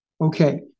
Okay